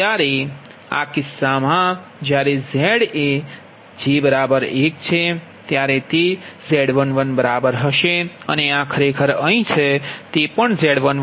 તેથી આ કિસ્સામાં જ્યારે Z એ j 1 છે ત્યારે તે Z11 બરાબર હશે અને આ ખરેખર અહીં છે તે પણ Z11હશે